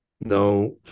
no